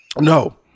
No